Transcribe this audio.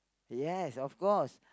yes of course